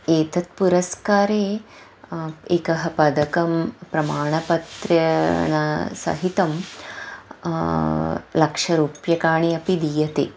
एतत् पुरस्कारे एकं पदकं प्रमाणपत्रेणसहितं लक्षरूप्यकाणि अपि दीयन्ते